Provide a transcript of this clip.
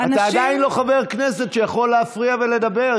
אתה עדיין לא חבר כנסת שיכול להפריע ולדבר,